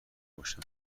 باشم